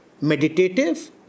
meditative